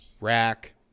Rack